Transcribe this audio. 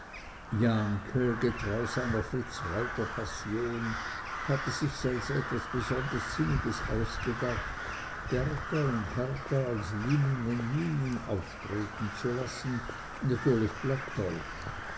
jahnke getreu seiner fritz reuter passion hatte sich's als etwas besonders sinniges ausgedacht bertha und hertha als lining und mining auftreten zu lassen natürlich plattdeutsch